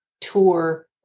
tour